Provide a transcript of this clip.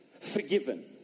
forgiven